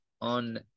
on